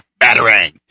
Batarang